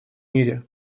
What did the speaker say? мире